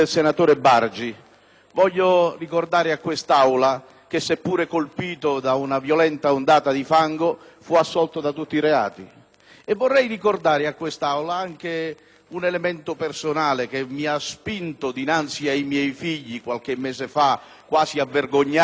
voglio ricordare a quest'Aula che, seppure colpito da una violenta ondata di fango, egli fu assolto da tutti i reati. Vorrei pure ricordare a quest'Aula un'esperienza personale che mi ha spinto dinnanzi ai miei figli qualche mese fa quasi a vergognarmi di essere